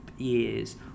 Years